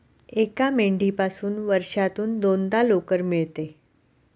एका मेंढीपासून वर्षातून दोनदा लोकर मिळते